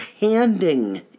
handing